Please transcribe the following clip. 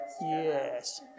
Yes